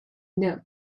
knelt